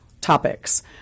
topics